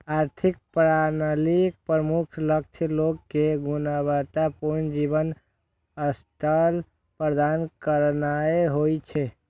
आर्थिक प्रणालीक प्रमुख लक्ष्य लोग कें गुणवत्ता पूर्ण जीवन स्तर प्रदान करनाय होइ छै